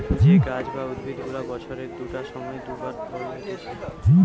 যে গাছ বা উদ্ভিদ গুলা বছরের দুটো সময় দু বার ফল হতিছে